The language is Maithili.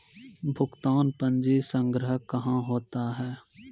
भुगतान पंजी संग्रह कहां होता हैं?